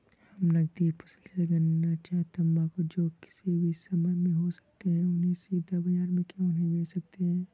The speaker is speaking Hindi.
हम नगदी फसल जैसे गन्ना चाय तंबाकू जो किसी भी समय में हो सकते हैं उन्हें सीधा बाजार में क्यो नहीं बेच सकते हैं?